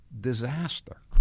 disaster